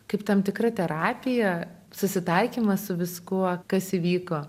kaip tam tikra terapija susitaikymas su viskuo kas įvyko